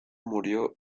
murió